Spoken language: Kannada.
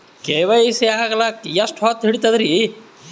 ಕೆ.ವೈ.ಸಿ ಆಗಲಕ್ಕ ಎಷ್ಟ ಹೊತ್ತ ಹಿಡತದ್ರಿ?